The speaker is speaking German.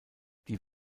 die